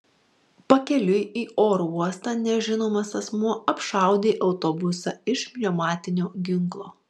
pakeliui į oro uostą nežinomas asmuo apšaudė autobusą iš pneumatinio ginklo